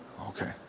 Okay